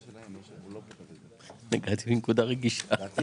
נגעתי בנקודה רגישה.